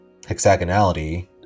hexagonality